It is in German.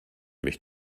mich